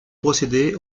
procédés